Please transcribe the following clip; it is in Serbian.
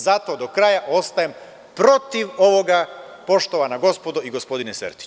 Zato do kraja ostajem protiv ovoga poštovana gospodo i gospodine Sertiću.